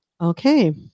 Okay